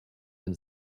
and